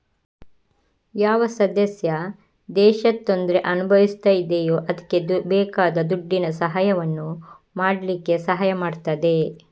ಯಾವ ಸದಸ್ಯ ದೇಶ ತೊಂದ್ರೆ ಅನುಭವಿಸ್ತಾ ಇದೆಯೋ ಅದ್ಕೆ ಬೇಕಾದ ದುಡ್ಡಿನ ಸಹಾಯವನ್ನು ಮಾಡ್ಲಿಕ್ಕೆ ಸಹಾಯ ಮಾಡ್ತದೆ